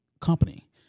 company